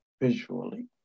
visually